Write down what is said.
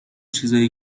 چیزای